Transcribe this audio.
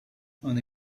only